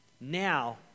Now